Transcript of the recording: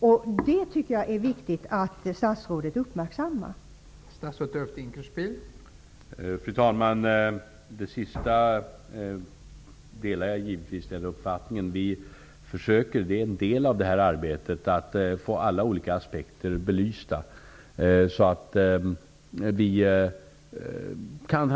Jag tycker att det är viktigt att statsrådet uppmärksammar det.